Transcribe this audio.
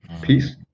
Peace